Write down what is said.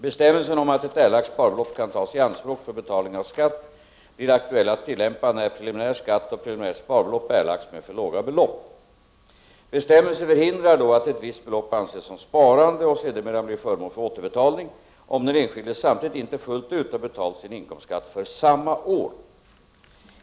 Bestämmelsen om att ett erlagt sparbelopp kan tas i anspråk för betalning av skatt blir aktuell att tillämpa när preliminär skatt och preliminärt sparbelopp erlagts med för låga belopp. Bestämmelsen förhindrar då att ett visst belopp anses som sparande och sedermera blir föremål för återbetalning, om den enskilde samtidigt inte fullt ut har betalat sin inkomstskatt för samma år.